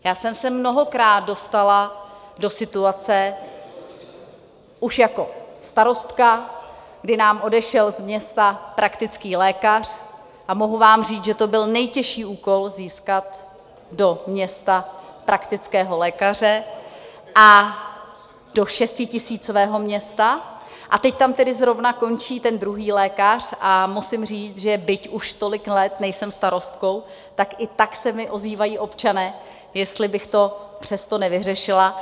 Já jsem se mnohokrát dostala do situace už jako starostka, kdy nám odešel z města praktický lékař, a mohu vám říct, že to byl nejtěžší úkol získat do města praktického lékaře, do šestitisícového města, a teď tam tedy zrovna končí ten druhý lékař a musím říct, že byť už tolik let nejsem starostkou, tak i tak se mi ozývají občané, jestli bych to přesto nevyřešila.